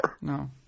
No